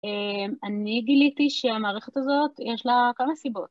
אני גיליתי שהמערכת הזאת יש לה כמה סיבות.